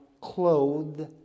clothed